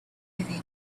living